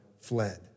fled